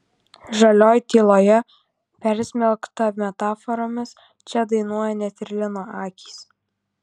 žalioj tyloje persmelkta metaforomis čia dainuoja net ir lino akys